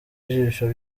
ijisho